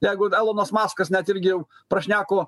jeigu elonas maskas net irgi jau prašneko